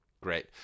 great